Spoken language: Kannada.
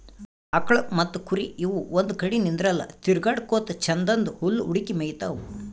ಆಕಳ್ ಮತ್ತ್ ಕುರಿ ಇವ್ ಒಂದ್ ಕಡಿ ನಿಂದ್ರಲ್ಲಾ ತಿರ್ಗಾಡಕೋತ್ ಛಂದನ್ದ್ ಹುಲ್ಲ್ ಹುಡುಕಿ ಮೇಯ್ತಾವ್